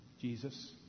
Jesus